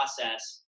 process